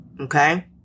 okay